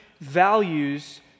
values